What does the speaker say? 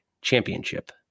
championship